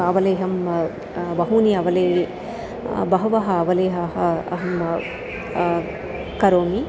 अवलेहं बहुनि अवलेहाः बहवः अवलेहाः अहं करोमि